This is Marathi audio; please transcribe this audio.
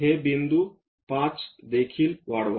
हे बिंदू 5 देखील वाढवा